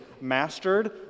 mastered